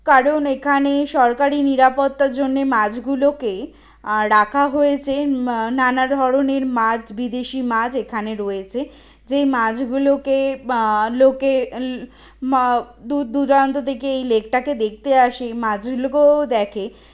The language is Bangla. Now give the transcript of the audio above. কারণ এখানে সরকারি নিরাপত্তার জন্যে মাছগুলোকে রাখা হয়েছে নানাধরণের মাছ বিদেশি মাছ এখানে রয়েছে যেই মাছগুলোকে লোকে ম্য দূরদূরান্ত থেকে এই লেকটাকে দেখতে আসে এই মাছগুলোকেও দেখে